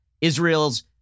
Israel's